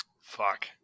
Fuck